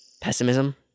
pessimism